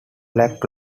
black